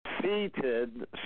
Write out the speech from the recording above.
Seated